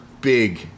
big